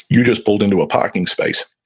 you just pulled into a parking space.